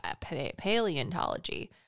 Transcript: paleontology